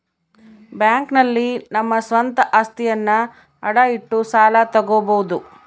bank ನಲ್ಲಿ ನಮ್ಮ ಸ್ವಂತ ಅಸ್ತಿಯನ್ನ ಅಡ ಇಟ್ಟು ಸಾಲ ತಗೋಬೋದು